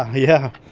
ah yeah.